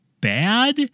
bad